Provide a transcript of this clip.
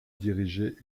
dirigeait